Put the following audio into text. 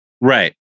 Right